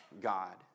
God